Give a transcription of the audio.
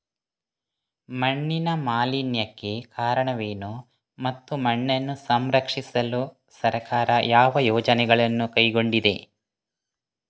ಮಣ್ಣಿನ ಮಾಲಿನ್ಯಕ್ಕೆ ಕಾರಣವೇನು ಮತ್ತು ಮಣ್ಣನ್ನು ಸಂರಕ್ಷಿಸಲು ಸರ್ಕಾರ ಯಾವ ಯೋಜನೆಗಳನ್ನು ಕೈಗೊಂಡಿದೆ?